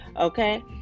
Okay